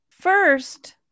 First